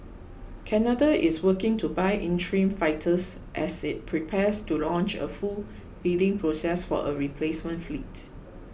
Canada is working to buy interim fighters as it prepares to launch a full bidding process for a replacement fleet